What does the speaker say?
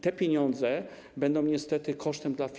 Te pieniądze będą niestety kosztem dla firm.